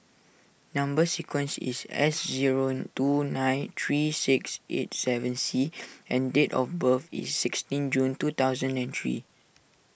Number Sequence is S zero two nine three six eight seven C and date of birth is sixteen June two thousand and three